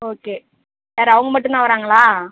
okay யார் அவங்கள் மட்டும் தான் வராங்களா